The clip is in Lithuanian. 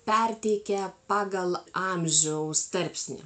perteikia pagal amžiaus tarpsnį